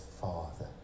Father